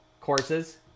courses